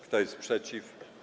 Kto jest przeciw?